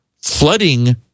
flooding